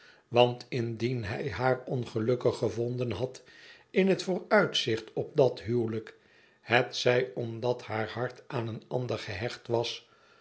want indien hij haar ongelukkig gevonden had m het vooruitzicht op dat huwelijk hetzij omdat haar hart aan een ander gehecht was